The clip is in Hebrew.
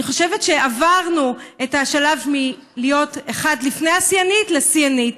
אני חושבת שעברנו את השלב מלהיות אחד לפני השיאנית לשיאנית.